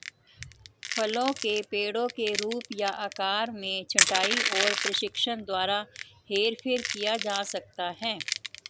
फलों के पेड़ों के रूप या आकार में छंटाई और प्रशिक्षण द्वारा हेरफेर किया जा सकता है